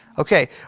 Okay